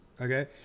okay